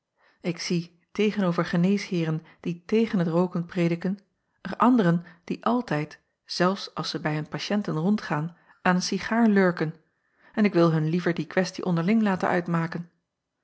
ik zie tegen-over geneesheeren die tegen t rooken prediken er anderen die altijd zelfs als zij bij hun patiënten rondgaan aan een cigaar lurken en ik wil hun liever die questie onderling laten uitmaken